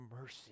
mercy